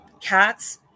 cats